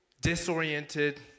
disoriented